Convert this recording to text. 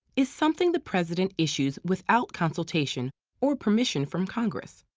is something the president issues without consultation or permission from congress.